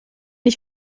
ich